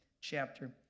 chapter